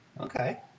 Okay